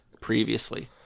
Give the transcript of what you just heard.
previously